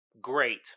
Great